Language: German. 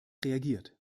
reagiert